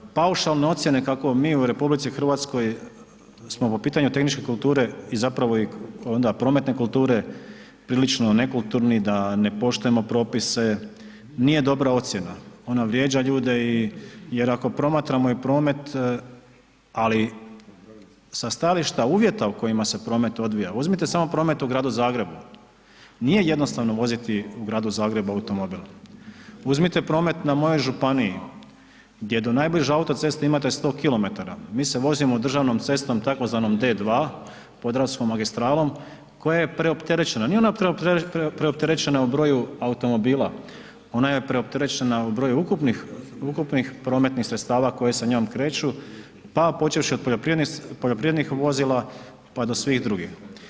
Paušalne ocijene kako mi u RH smo po pitanju tehničke kulture i zapravo i onda prometne kulture prilično nekulturni, da ne poštujemo propise, nije dobra ocjena, ona vrijeđa ljude i, jer ako promatramo i promet, ali sa stajališta uvjeta u kojima se promet odvija, uzmite samo promet u Gradu Zagrebu, nije jednostavno voziti u Gradu Zagrebu automobil, uzmite promet na mojoj županiji gdje do najbliže autoceste imate 100 km, mi se vozimo državnom cestom tzv. D2 podravskom magistralom koja je preopterećena, nije ona preopterećena u broju automobila, ona je preopterećena u broju ukupnih, ukupnih prometnih sredstava koje sa njom kreću, pa počevši od poljoprivrednih vozila, pa do svih drugih.